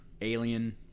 Alien